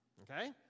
Okay